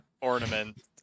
ornament